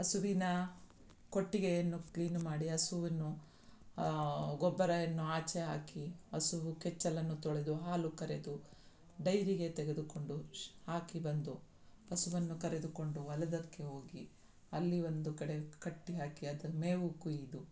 ಹಸುವಿನ ಕೊಟ್ಟಿಗೆಯನ್ನು ಕ್ಲೀನು ಮಾಡಿ ಹಸುವನ್ನು ಗೊಬ್ಬರವನ್ನು ಆಚೆ ಹಾಕಿ ಹಸು ಕೆಚ್ಚಲನ್ನು ತೊಳೆದು ಹಾಲು ಕರೆದು ಡೈರಿಗೆ ತೆಗೆದುಕೊಂಡು ಶ್ ಹಾಕಿಬಂದು ಹಸುವನ್ನು ಕರೆದುಕೊಂಡು ಹೊಲದಕ್ಕೆ ಹೋಗಿ ಅಲ್ಲಿ ಒಂದು ಕಡೆ ಕಟ್ಟಿ ಹಾಕಿ ಅದು ಮೇವು ಕೊಯ್ದು